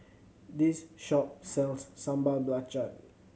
this shop sells Sambal Belacan